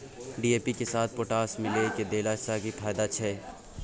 DAP के साथ potash मिललय के देला स की फायदा छैय?